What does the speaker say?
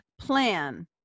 plan